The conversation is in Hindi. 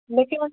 लेकिन उस